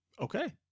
Okay